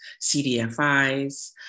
CDFIs